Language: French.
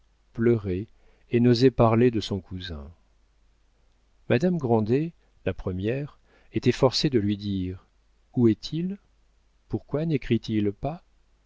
pleurait et n'osait parler de son cousin madame grandet la première était forcée de lui dire où est-il pourquoi nécrit il pas